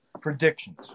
Predictions